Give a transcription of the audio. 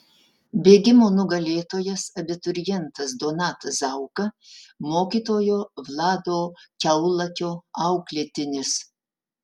bėgimo nugalėtojas abiturientas donatas zauka mokytojo vlado kiaulakio auklėtinis